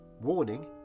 Warning